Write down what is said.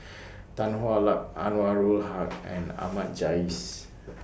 Tan Hwa Luck Anwarul Haque and Ahmad Jais